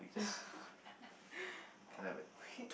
okay